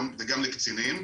גם לקצינים.